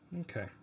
Okay